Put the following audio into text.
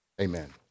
Amen